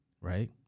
right